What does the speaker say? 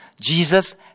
Jesus